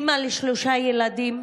אימא לשלושה ילדים.